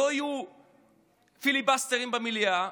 לא יהיו פיליבסטרים במליאה.